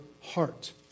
heart